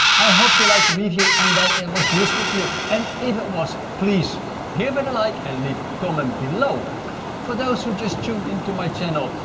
i hope you liked review and then it was useful to you and if it was please give it a like and leave a comment below for those who just tuned in to my channel.